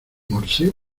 morse